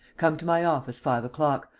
come to my office five o'clock.